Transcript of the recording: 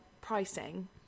pricing